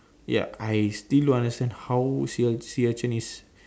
ya I still don't understand how sea sea urchin is